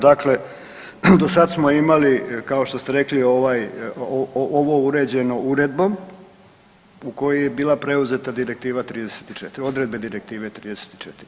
Dakle, do sad smo imali kao što ste rekli ovaj, ovo uređeno uredbom u kojoj je bila preuzeta Direktiva 34, odredbe Direktive 34.